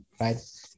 right